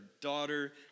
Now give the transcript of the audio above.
daughter